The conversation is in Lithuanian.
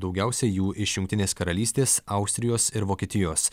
daugiausiai jų iš jungtinės karalystės austrijos ir vokietijos